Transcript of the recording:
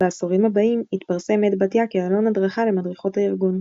בעשורים הבאים התפרסם "הד בתיה" כעלון הדרכה למדריכות הארגון.